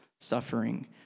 suffering